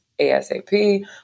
ASAP